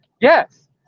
Yes